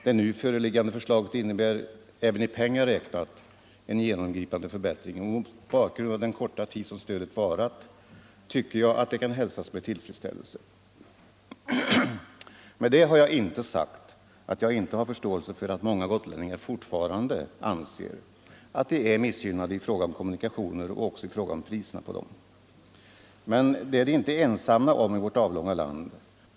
Det nu föreliggande förslaget innebär, även i pengar räknat, en genomgripande förbättring, och mot bakgrund av den korta tid som stödet varat tycker jag detta kan hälsas med tillfredsställelse. Därmed har jag inte sagt att jag inte har förståelse för att många gotlänningar fortfarande anser att de är missgynnade i fråga om kommunikationer och också i fråga om priserna på dessa. Det är de inte ensamma om i vårt avlånga land.